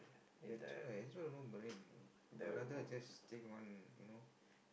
that's why that's why no brand know I rather just take one you know